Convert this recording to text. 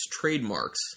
trademarks